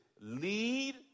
Lead